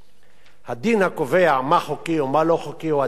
הדין הקובע מה חוקי ומה לא חוקי הוא הדין הבין-לאומי,